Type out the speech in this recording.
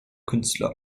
künstler